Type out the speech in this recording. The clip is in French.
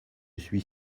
suis